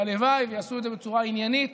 והלוואי שיעשו את זה בצורה עניינית